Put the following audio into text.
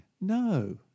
no